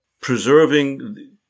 preserving